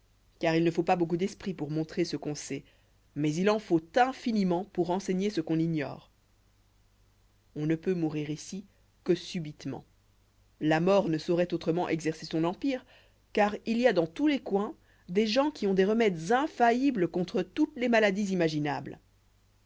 car il ne faut pas beaucoup d'esprit pour montrer ce qu'on sait mais il en faut infiniment pour enseigner ce qu'on ignore on ne peut mourir ici que subitement la mort ne sauroit autrement exercer son empire car il y a dans tous les coins des gens qui ont des remèdes infaillibles contre toutes les maladies imaginables